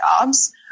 jobs